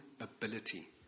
ability